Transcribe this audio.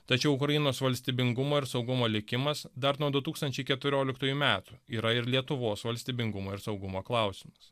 tačiau ukrainos valstybingumo ir saugumo likimas dar nuo du tūkstančiai keturoliktųjų metų yra ir lietuvos valstybingumo ir saugumo klausimas